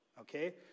okay